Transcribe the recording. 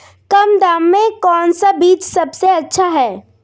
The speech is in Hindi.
कम दाम में कौन सा बीज सबसे अच्छा है?